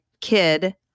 kid